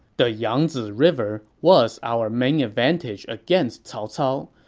the yangzi river was our main advantage against cao cao,